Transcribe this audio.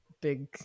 big